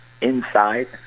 Inside